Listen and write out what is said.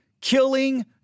killing